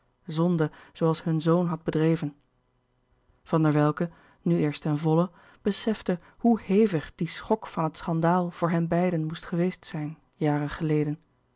zonde zooals hun zoon had bedreven van der welcke nu eerst ten volle besefte hoe hevig die schok van het schandaal voor henbeiden moest geweest zijn jaren geleden